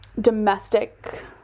domestic